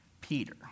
Peter